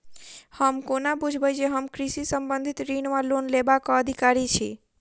हम कोना बुझबै जे हम कृषि संबंधित ऋण वा लोन लेबाक अधिकारी छी?